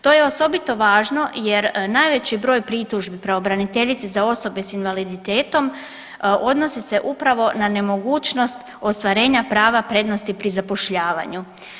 To je osobito važno jer najveći broj pritužbi pravobraniteljice za osobe sa invaliditetom odnosi se upravo na nemogućnost ostvarenja prava prednosti pri zapošljavanju.